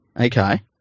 Okay